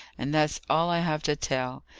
and that's all i have to tell.